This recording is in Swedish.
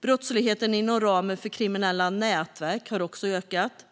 Brottsligheten inom ramen för kriminella nätverk har också ökat.